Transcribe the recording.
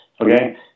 Okay